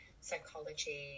psychology